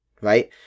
right